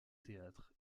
théâtre